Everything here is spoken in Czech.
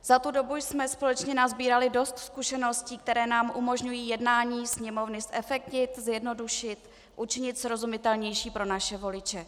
Za tu dobu jsme společně nasbírali dost zkušeností, které nám umožňují jednání Sněmovny zefektivnit, zjednodušit, učinit srozumitelnějším pro naše voliče.